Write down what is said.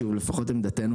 לפחות עמדתנו,